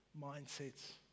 mindsets